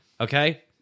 Okay